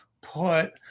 put